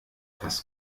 das